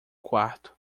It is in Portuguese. quarto